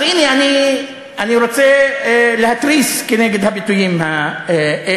אז הנה, אני רוצה להתריס כנגד הביטויים האלה.